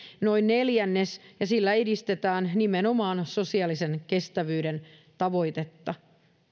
noin neljännes ja sillä edistetään nimenomaan sosiaalisen kestävyyden tavoitetta